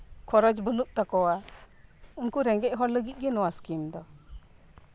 ᱠᱷᱚᱨᱚᱪ ᱵᱟᱹᱱᱩᱜ ᱛᱟᱠᱚᱣᱟ ᱩᱱᱠᱩ ᱨᱮᱸᱜᱮᱡ ᱦᱚᱲ ᱞᱟᱹᱜᱤᱫ ᱜᱮ ᱱᱚᱣᱟ ᱥᱠᱤᱢ ᱫᱚ